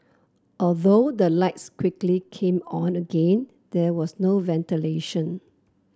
although the lights quickly came on again there was no ventilation